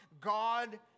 God